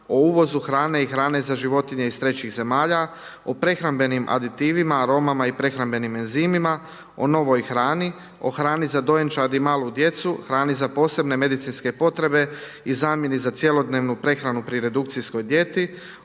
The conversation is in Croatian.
o uvozu hrane i hrane za životinje iz trećih zemalja, o prehrambenim aditivima, aromama i prehrambenim enzimima, o novoj hrani, o hrani za dojenčad i malu djecu, hrani za posebne medicinske potrebe i zamjeni za cjelodnevnu prehranu pri redukcijskoj dijeti,